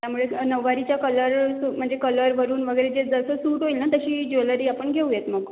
त्यामुळे नऊवारीचा कलर म्हणजे कलरवरून वगैरे जे जसं सूट होईल ना तशी ज्वेलरी आपण घेऊयात मग